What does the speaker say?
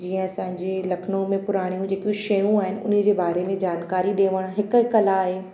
जीअं असांजे लखनऊ में पुराणियूं जेकियूं शयूं आइन उन जे बारे में जानकारी ॾियणु हिकु ई कला आहे